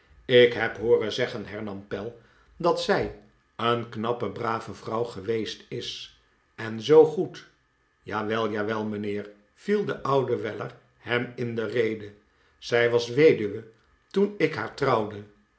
ik heb hooren zeggen hernam pell dat zij een knappe brave vrouw geweest is en zoo goed jawel jawel mijnheer viel de oude weller hem in de rede zij was weduwe toen ik haar trouwde